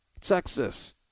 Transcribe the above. Texas